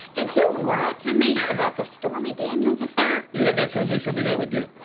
did you lie to me about the stormy daniels affair? yeah, that sounds like something i would do.